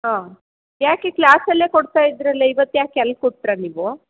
ಹಾಂ ಯಾಕೆ ಕ್ಲಾಸಲ್ಲೇ ಕೊಡ್ತಾ ಇದ್ರಲ್ಲ ಇವತ್ತು ಯಾಕೆ ಅಲ್ಲಿ ಕೊಟ್ರಾ ನೀವು